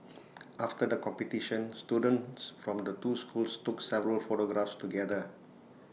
after the competition students from the two schools took several photographs together